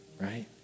right